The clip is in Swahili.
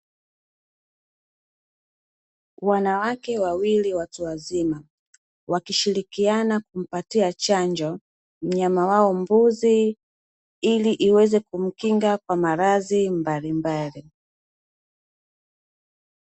Wanawake wawili watu wazima wakishirikiana kumpatia chanjo mnyama wao mbuzi, ili iweze kumkinga kwa maradhi mbalimbali.